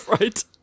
Right